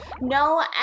no